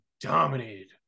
dominated